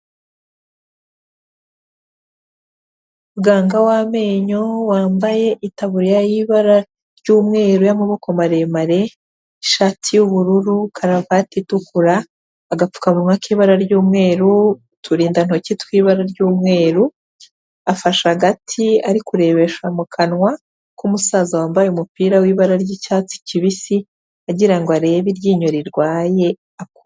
Muganga w'amenyo wambaye itaburiya y'ibara ry'umweru y'amaboko maremare, ishati y'ubururu, karuvati itukura, agapfukanwa k'ibara ry'umweru, uturindantoki tw'ibara ry'umweru, afashe agati ari kurebesha mu kanwa k'umusaza wambaye umupira wibara ry'icyatsi kibisi agirango arebe iryinyo rirwaye.